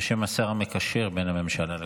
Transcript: בשם השר המקשר בין הממשלה לכנסת.